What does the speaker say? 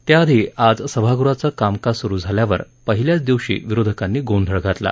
त्याआधी आज सभागृहाचं कामकाज सुरु झाल्यावर पहिल्याच दिवशी विरोधकांनी गोंधळ घातला